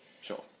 Sure